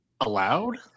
allowed